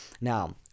Now